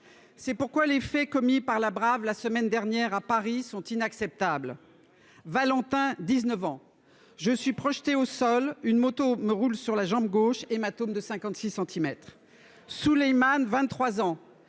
C'est pourquoi les faits commis par la brave la semaine dernière à Paris sont inacceptables. Valentin, 19 ans, je suis projeté au sol une moto me roule sur la jambe gauche hématome de 56 centimètres Sulayman 23 ans